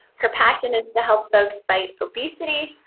her passion is to help folks fight obesity,